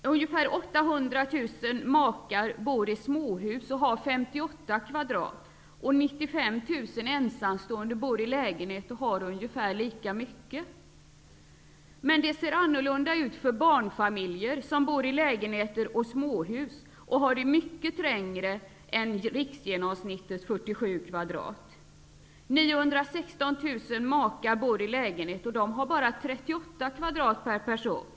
Ungefär 800 000 makar bor i småhus och har 58 kvadratmeter var dera. 95 000 ensamstående bor i lägenhet och har ungefär lika mycket yta. Men det ser annorlunda ut för barnfamiljer som bor i lägenheter och små hus. De har det mycket trängre än riksgenomsnit tets 47 kvadratmeter. 916 000 makar bor i lägen het, och de har bara tillgång till 38 kvadratmeter per person.